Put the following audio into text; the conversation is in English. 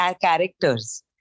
characters